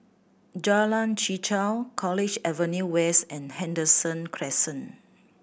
Jalan Chichau College Avenue West and Henderson Crescent